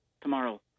tomorrow